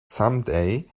someday